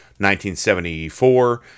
1974